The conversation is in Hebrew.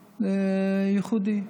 ייחודי,